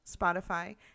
Spotify